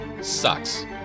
sucks